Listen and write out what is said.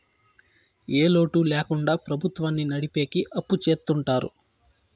ఏ లోటు ల్యాకుండా ప్రభుత్వాన్ని నడిపెకి అప్పు చెత్తుంటారు